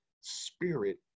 spirit